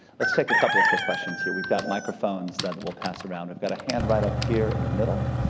let's take a couple of quick questions here. we've got microphones that that we'll pass around. we've got a hand right up here in the middle.